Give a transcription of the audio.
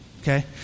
okay